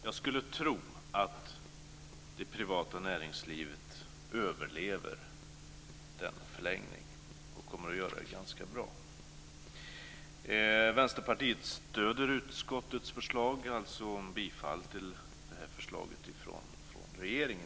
Jag skulle tro att det privata näringslivet överlever denna förlängning och gör det ganska bra. Vänsterpartiet stöder utskottets förslag, dvs. att bifalla regeringens förslag.